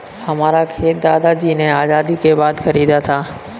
हमारा खेत दादाजी ने आजादी के बाद खरीदा था